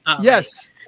Yes